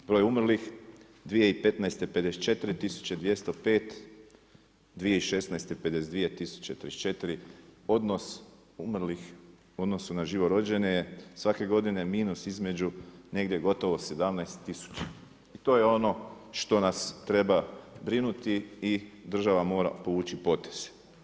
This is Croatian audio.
Broj umrlih 2015., 54 tisuće 205, 2016., 52 tisuće 034, odnos umrlih u odnosu na živorođene je svake godine minus između negdje gotovo 17 tisuća i to je ono što nas treba brinuti i država mora povući potez.